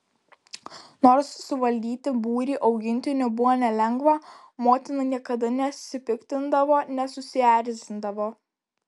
nors suvaldyti būrį augintinių buvo nelengva motina niekada nesipiktindavo nesusierzindavo